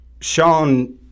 Sean